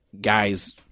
guys